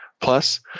Plus